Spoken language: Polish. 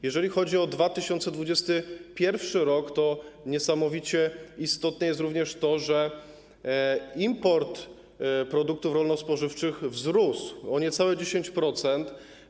Jeżeli chodzi o 2021 r., to niesamowicie istotne jest również to, że import produktów rolno-spożywczych wzrósł o niecałe 10%.